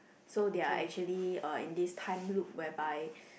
so they are actually uh in this time loop whereby